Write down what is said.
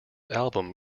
album